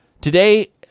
Today